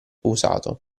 usato